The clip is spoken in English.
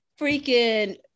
freaking